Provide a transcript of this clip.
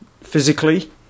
physically